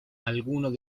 algunos